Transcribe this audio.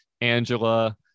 angela